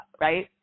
right